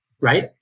Right